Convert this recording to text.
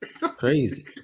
crazy